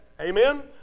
Amen